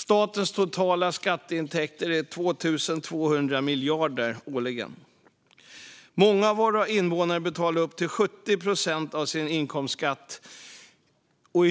Statens totala skatteintäkter är 2 200 miljarder årligen. Många av våra invånare betalar upp till 70 procent av sin inkomst i skatt, och